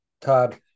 Todd